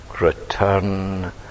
Return